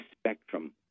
spectrum